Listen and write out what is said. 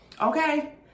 Okay